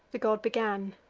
the god began,